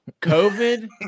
COVID